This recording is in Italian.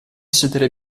sedere